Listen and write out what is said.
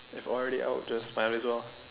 if already out just might as well